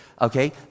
okay